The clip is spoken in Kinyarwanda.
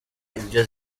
ibyo